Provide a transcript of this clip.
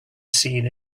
seen